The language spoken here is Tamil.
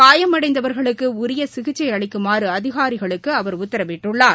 காயமடைந்தவர்களுக்கு உரிய சிகிச்சை அளிக்குமாறு அதிகாரிகளுக்கு அவர் உத்தரவிட்டுள்ளார்